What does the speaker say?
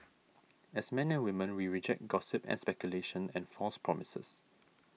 as men and women we reject gossip and speculation and false promises